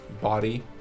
body